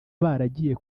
baragiye